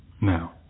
Now